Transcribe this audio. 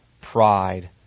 pride